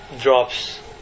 drops